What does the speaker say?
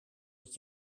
het